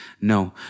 No